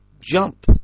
jump